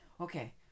okay